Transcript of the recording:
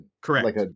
Correct